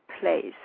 place